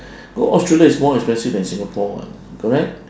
go australia is more expensive than singapore [what] correct